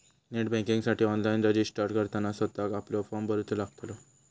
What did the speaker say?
net बँकिंगसाठी online registered करताना स्वतःक आपलो फॉर्म भरूचो लागतलो